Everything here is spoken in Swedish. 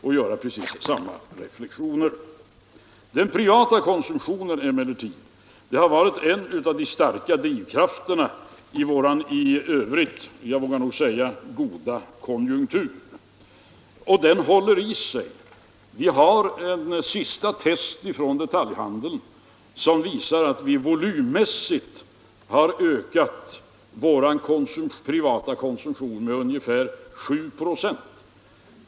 Och göra precis samma reflexioner. Den privata konsumtionen har varit en av de starka drivkrafterna i vår i övrigt — det vågar jag nog säga — goda konjunktur, och den håller i sig. Vi har en sista test från detaljhandeln, som visar att vi volymmässigt har ökat vår privata konsumtion med ungefär 7 96.